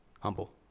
humble